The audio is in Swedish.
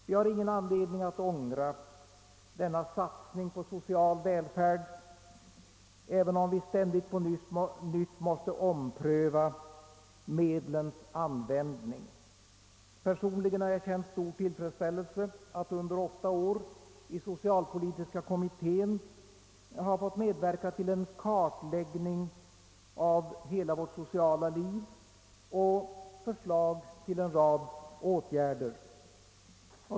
Vi har ingen anledning att ångra denna satsning på social välfärd, även om vi ständigt på nytt måste ompröva medlens användning. Personligen har jag känt stor tillfredsställelse över att i åtta år i socialpolitiska kommittén ha fått medverka till en kartläggning av hela vårt sociala liv och till förslag på en rad åtgärder.